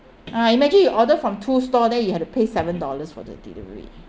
uh imagine you order from two store then you have to pay seven dollars for the delivery